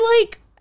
like-